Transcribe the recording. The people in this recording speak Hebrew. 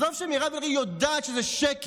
עזוב שמירב בן ארי יודעת שזה שקר,